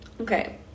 Okay